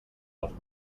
els